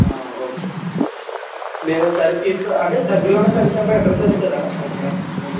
okay అయితే మేము సరే తీసుకురా అంటే దగ్గరలో ఉన్న సర్వీస్ సెంటర్ అడ్రస్ చెప్తారా ఎక్కడా అది